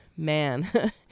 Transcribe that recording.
Man